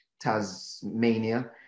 Tasmania